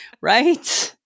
Right